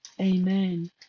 Amen